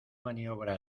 maniobra